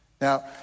Now